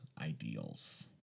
ideals